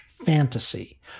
Fantasy